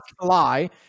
Lie